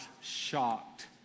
shocked